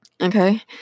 Okay